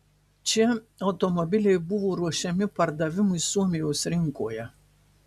čia automobiliai buvo ruošiami pardavimui suomijos rinkoje